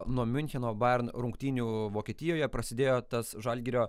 nuo miuncheno bayern rungtynių vokietijoje prasidėjo tas žalgirio